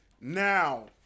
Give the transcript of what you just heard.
Now